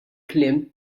kliem